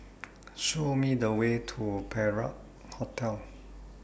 Show Me The Way to Perak Hotel